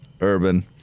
Urban